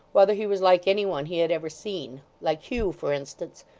whether he was like any one he had ever seen like hugh, for instance,